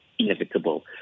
Inevitable